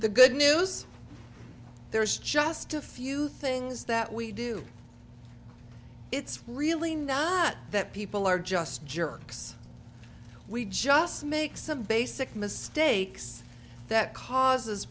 the good news there is just a few things that we do it's really not that people are just jerks we just make some basic mistakes that causes